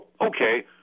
okay